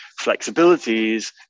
flexibilities